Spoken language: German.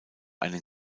einen